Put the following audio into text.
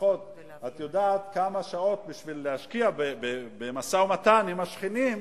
את יודעת כמה שעות משקיעים במשא-ומתן עם השכנים,